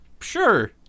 Sure